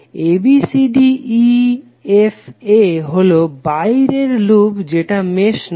Abcdefa হলো বাইরের loop যেটা মেশ নয়